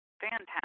Fantastic